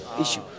issue